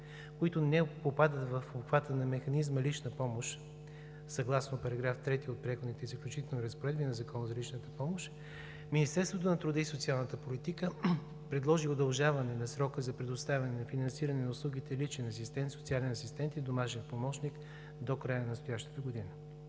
които не попадат в обхвата на механизма „Лична помощ“, съгласно § 3 от Преходните и заключителните разпоредби на Закона за личната помощ, Министерството на труда и социалната политика предложи удължаване на срока за предоставяне на финансиране на услугите „Личен асистент“, „Социален асистент“ и „Домашен помощник“ до края на настоящата година.